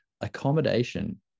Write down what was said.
Accommodation